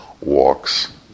walks